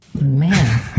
man